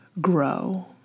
grow